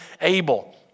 Abel